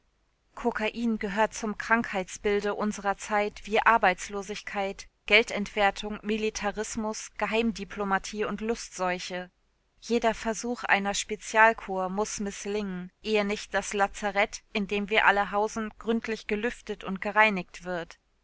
kokain gehört zum krankheitsbilde unserer zeit wie arbeitslosigkeit geldentwertung militarismus geheimdiplomatie und lustseuche jeder versuch einer spezialkur muß mißlingen ehe nicht das lazarett in dem wir alle hausen gründlich gelüftet und gereinigt wird